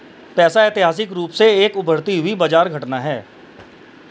पैसा ऐतिहासिक रूप से एक उभरती हुई बाजार घटना है